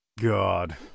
God